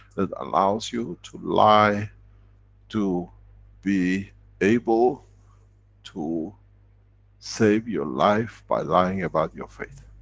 that allows you to lie to be able to save your life, by lying about your faith.